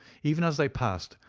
even as they passed,